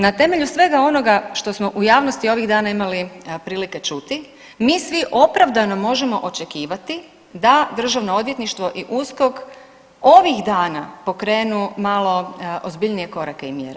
Na temelju svega onoga što smo u javnosti ovih dana imali prilike čuti mi svi opravdano možemo očekivati da Državno odvjetništvo i USKOK ovih dana pokrenu malo ozbiljnije korake i mjere.